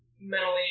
mentally